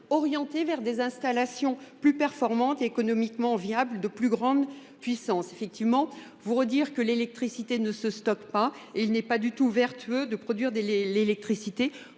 orienté vers des installations plus performantes et économiquement viables de plus grande puissance. Encore une fois, l’électricité ne se stocke pas et il n’est pas du tout vertueux de produire de l’électricité